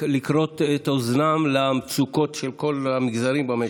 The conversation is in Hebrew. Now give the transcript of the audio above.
לכרות את אוזנם למצוקות של כל המגזרים במשק.